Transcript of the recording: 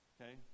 Okay